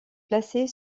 placée